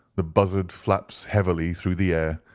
the buzzard flaps heavily through the air,